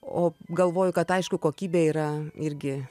o galvoju kad aišku kokybė yra irgi